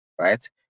right